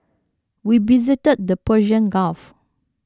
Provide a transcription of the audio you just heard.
we visited the Persian Gulf